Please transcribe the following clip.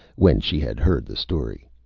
when she had heard the story.